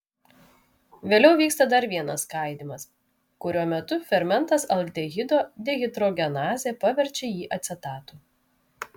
vėliau vyksta dar vienas skaidymas kurio metu fermentas aldehido dehidrogenazė paverčia jį acetatu